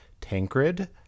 Tancred